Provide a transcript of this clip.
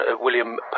William